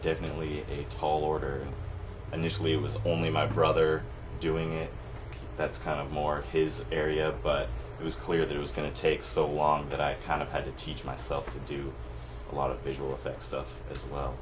definitely a tall order and usually it was only my brother doing it that's kind of more his area but it was clear that was going to take so long that i kind of had to teach myself to do a lot of visual effects stuff well